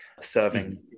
serving